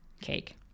cake